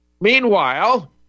Meanwhile